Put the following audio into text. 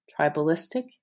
Tribalistic